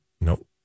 Nope